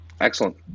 Excellent